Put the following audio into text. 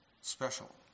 Special